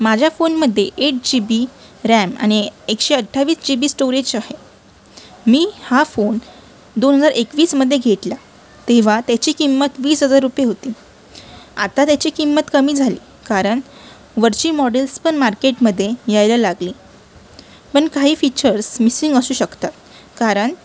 माझ्या फोनमध्ये eight G B RAM आणि एकशे अठ्ठावीस जी बी स्टोरेज आहे मी हा फोन दोन हजार एकवीसमध्ये घेतला तेव्हा त्याची किंमत वीस हजार रुपये होती आता त्याची किंमत कमी झाली कारण वरची मॉडेल्स पण मार्केटमध्ये यायला लागली पण काही फीचर्स मिसिंग असू शकतात कारण